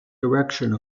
direction